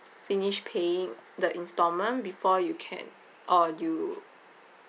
finish paying the installment before you can or you